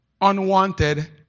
unwanted